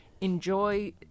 enjoy